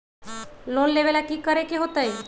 Loan लेवेला की करेके होतई?